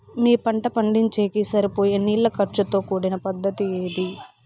మీ పంట పండించేకి సరిపోయే నీళ్ల ఖర్చు తో కూడిన పద్ధతి ఏది?